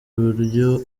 buryo